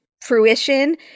fruition